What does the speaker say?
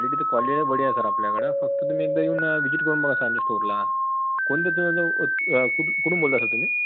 quality तर क्वालि बढिया आहे सर आपल्याकडं फक्त तुमी एकदा येऊन व्हिजिट करून बघा सर आमच्या स्टोरला कोणत्या त कुठू कुठून बोलताय सर तुम्ही